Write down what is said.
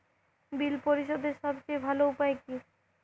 বিল পরিশোধের সবচেয়ে ভালো উপায় কী?